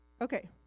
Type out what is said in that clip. Okay